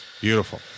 Beautiful